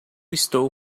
estou